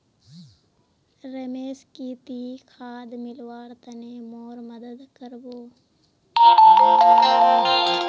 रमेश की ती खाद मिलव्वार तने मोर मदद कर बो